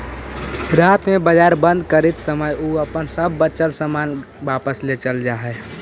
रात में बाजार बंद करित समय उ अपन सब बचल सामान लेके वापस चल जा हइ